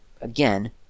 again